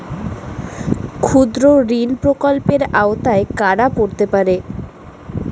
ক্ষুদ্রঋণ প্রকল্পের আওতায় কারা পড়তে পারে?